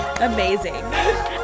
Amazing